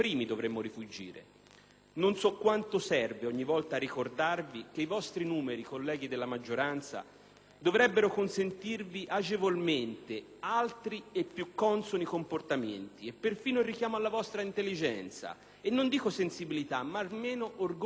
Non so quanto serva ogni volta ricordarvi che i vostri numeri, colleghi della maggioranza, dovrebbero consentirvi agevolmente altri e più consoni comportamenti. Perfino il richiamo alla vostra intelligenza, non dico alla vostra sensibilità, ma almeno all'orgoglio istituzionale,